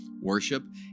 worship